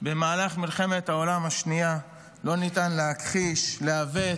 במהלך מלחמת העולם השנייה לא ניתן להכחיש או לעוות,